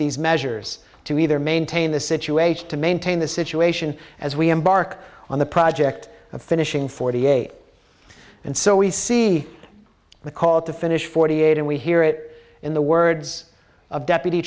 these measures to either maintain the situation to maintain the situation as we embark on the project of finishing forty eight and so we see the call to finish forty eight and we hear it in the words of deputy